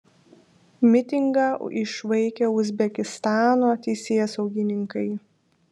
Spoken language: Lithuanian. mitingą išvaikė uzbekistano teisėsaugininkai